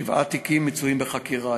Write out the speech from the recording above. שבעה תיקים מצויים בחקירה,